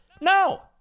No